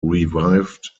revived